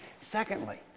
Secondly